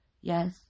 Yes